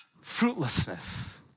Fruitlessness